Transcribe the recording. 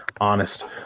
honest